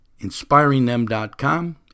InspiringThem.com